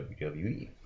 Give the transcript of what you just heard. WWE